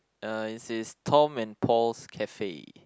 uh it says Tom and Paul's Cafe